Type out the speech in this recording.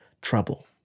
trouble